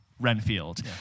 Renfield